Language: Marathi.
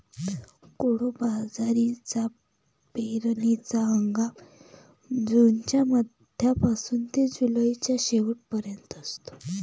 कोडो बाजरीचा पेरणीचा हंगाम जूनच्या मध्यापासून ते जुलैच्या शेवट पर्यंत असतो